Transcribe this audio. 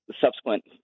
subsequent